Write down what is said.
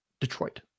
Detroit